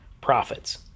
profits